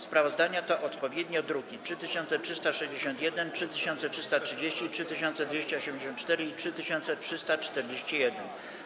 Sprawozdania to odpowiednio druki nr 3361, 3330, 3284 i 3341.